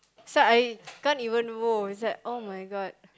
so I can't even go it's like oh-my-God